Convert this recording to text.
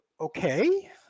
okay